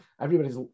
everybody's